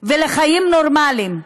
ולחיים נורמליים,